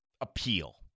appeal